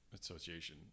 Association